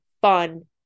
fun